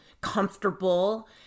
comfortable